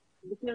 חיילים.